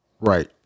Right